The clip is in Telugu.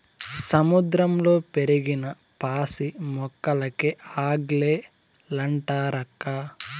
సముద్రంలో పెరిగిన పాసి మొక్కలకే ఆల్గే లంటారక్కా